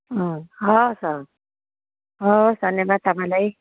अँ हवस् हवस् हवस् धन्यवाद तपाईँलाई